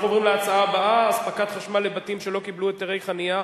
אנחנו עוברים להצעה הבאה: אספקת חשמל לבתים שלא קיבלו היתרי חנייה,